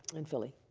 in philly.